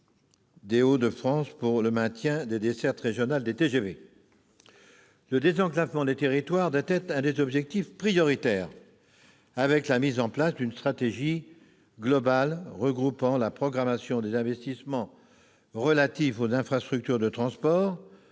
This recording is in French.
des Hauts-de-France pour le maintien des dessertes régionales des TGV. Le désenclavement des territoires doit être l'un des objectifs prioritaires, avec la mise en place d'une stratégie globale regroupant la programmation des investissements relatifs aux infrastructures de transport,